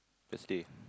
just stay